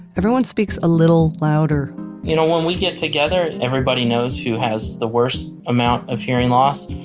everyone speaks a little louder you know, when we get together, everybody knows who has the worst amount of hearing loss.